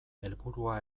helburua